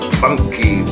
funky